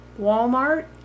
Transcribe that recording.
Walmart